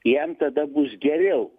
jam tada bus geriau